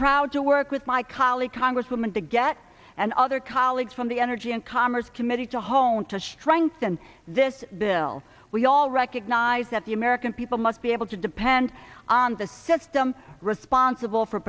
proud to work with my colleague congresswoman de gette and other colleagues from the energy and commerce committee to hone to strengthen this bill we all recognize that the american people must be able to depend on the system responsible for